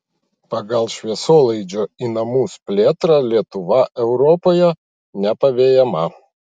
pagal šviesolaidžio į namus plėtrą lietuva europoje nepavejama